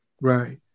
Right